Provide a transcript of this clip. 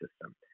system